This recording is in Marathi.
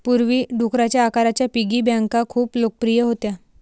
पूर्वी, डुकराच्या आकाराच्या पिगी बँका खूप लोकप्रिय होत्या